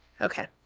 Okay